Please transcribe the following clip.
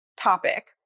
topic